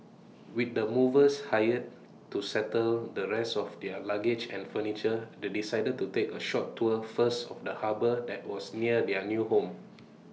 with the movers hired to settle the rest of their luggage and furniture they decided to take A short tour first of the harbour that was near their new home